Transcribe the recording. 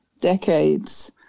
decades